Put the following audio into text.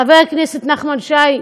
חבר הכנסת נחמן שי.